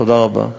תודה רבה.